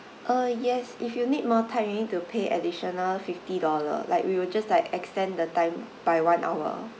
uh yes if you need more time you need to pay additional fifty dollar like we will just like extend the time by one hour